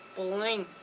blink.